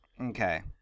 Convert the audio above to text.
Okay